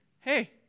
hey